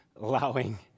allowing